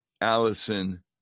Allison